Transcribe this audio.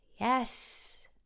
Yes